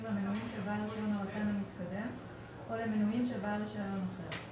למנויים של בעל רישיון הרט"ן המתקדם או למנויים של בעל רישיון אחר.